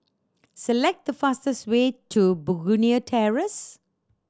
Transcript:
select the fastest way to Begonia Terrace